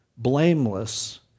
blameless